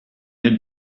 had